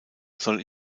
soll